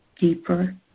Deeper